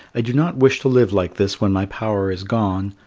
i do not wish to live like this when my power is gone.